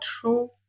true